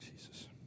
Jesus